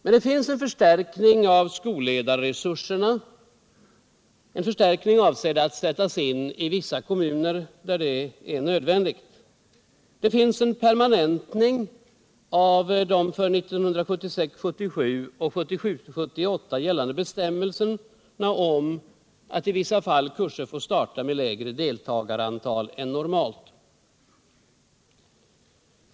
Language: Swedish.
Men där finns en förstärkning av skolledarresurserna, avsedd att sättas in i vissa kommuner där det är nödvändigt. Där finns en permanentning av de för 1976 78 gällande bestämmelserna om att i vissa fall kurser får starta med lägre deltagarantal än normalt.